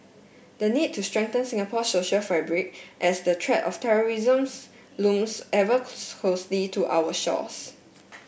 the need to strengthen Singapore social fabric as the threat of terrorism's looms ever closely to our shores